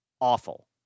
awful